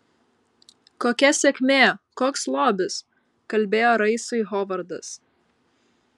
kokia sėkmė koks lobis kalbėjo raisui hovardas